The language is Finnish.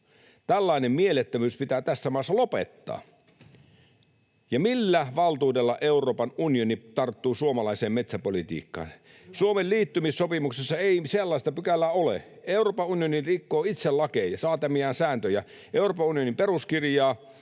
Tällainen mielettömyys pitää tässä maassa lopettaa. Ja millä valtuudella Euroopan unioni tarttuu suomalaiseen metsäpolitiikkaan? [Tuomas Kettunen: Hyvä kysymys!] Suomen liittymissopimuksessa ei sellaista pykälää ole. Euroopan unioni rikkoo itse lakeja, säätämiään sääntöjä, Euroopan unionin peruskirjaa